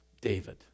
David